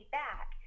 back